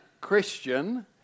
Christian